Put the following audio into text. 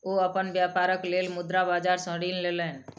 ओ अपन व्यापारक लेल मुद्रा बाजार सॅ ऋण लेलैन